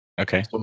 Okay